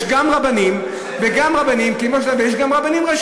יש גם רבנים וגם רבנים ראשיים.